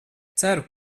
ceru